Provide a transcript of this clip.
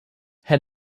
head